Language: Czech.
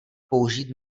použít